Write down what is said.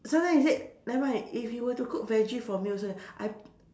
so then is it never mind if you were to cook veggie for me also I